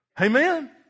Amen